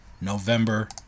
November